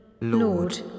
Lord